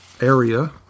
area